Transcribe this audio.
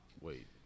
wait